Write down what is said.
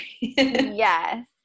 Yes